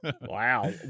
Wow